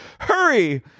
Hurry